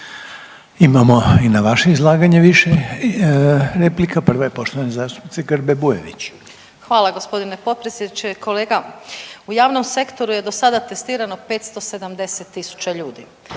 Imamo i na vaše izlaganje više replika, prva je poštovane zastupnice Grbe Bujević. **Grba-Bujević, Maja (HDZ)** Hvala g. potpredsjedniče. Kolega, u javnom sektoru je do sada testirano 570 tisuća ljudi,